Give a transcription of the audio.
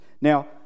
Now